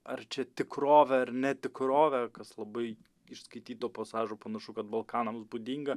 ar čia tikrovė ar ne tikrovė kas labai iš skaityto pasažo panašu kad balkanams būdinga